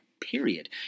Period